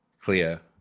clear